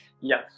yes